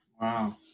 wow